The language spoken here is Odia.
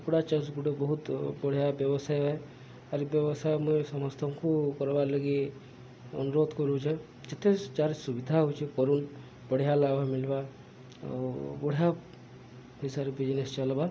କୁକୁଡ଼ା ଚାଷ ଗୁଟେ ବହୁତ ବଢ଼ିଆ ବ୍ୟବସାୟ ଖାଲି ବ୍ୟବସାୟ ମୁଇଁ ସମସ୍ତଙ୍କୁ କର୍ବାର୍ ଲାଗି ଅନୁରୋଧ କରୁଛେ ଯେତେ ଯାହାର ସୁବିଧା ହଉଛେ କରୁନ୍ ବଢ଼ିଆ ଲାଭ ମିଲ୍ବା ଆଉ ବଢ଼ିଆ ପଇସାରେ ବିଜନେସ୍ ଚାଲ୍ବା